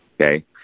Okay